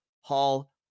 Hall